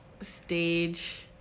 stage